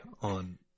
on